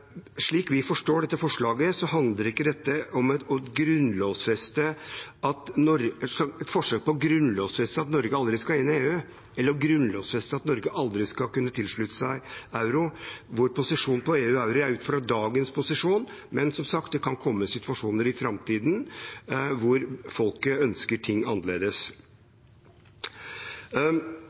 slik vi forstår dette forslaget, handler ikke dette om et forsøk på å grunnlovfeste at Norge aldri skal inn i EU, eller å grunnlovfeste at Norge aldri skal kunne tilslutte seg euro. Vår posisjon når det gjelder EU og euro, er ut fra dagens situasjon, men som sagt, det kan komme situasjoner i framtiden hvor folket ønsker ting annerledes.